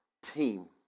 Team